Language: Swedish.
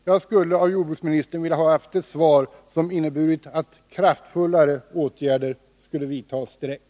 Jag skulle av jordbruksministern velat ha haft ett svar som inneburit att kraftfullare åtgärder skulle vidtas direkt.